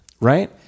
Right